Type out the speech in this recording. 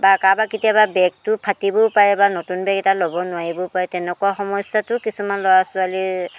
বা কাৰোবাৰ কেতিয়াবা বেগটো ফাটিবও পাৰে বা নতুন বেগ এটা ল'ব নোৱাৰিবও পাৰে তেনেকুৱা সমস্যাতো কিছুমান ল'ৰা ছোৱালী